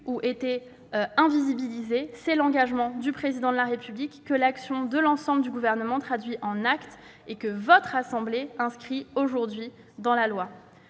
ou « invisibilisées », est l'engagement du Président de la République que l'action de l'ensemble du Gouvernement traduit en actes, et que votre assemblée inscrit aujourd'hui dans la loi.